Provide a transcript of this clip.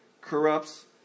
corrupts